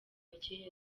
kera